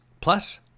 plus